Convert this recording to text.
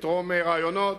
תתרום רעיונות